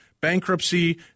bankruptcy